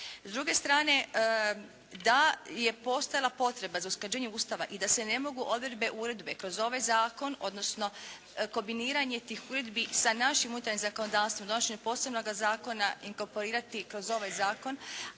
S druge strane da je postojala potreba za usklađivanje Ustava i da se ne mogu odredbe, uredbe kroz ovaj Zakon, odnosno kombiniranje tih uredbi sa našim unutarnjim zakonodavstvom, donošenjem posebnoga zakona inkoporirati kroz ovaj Zakon,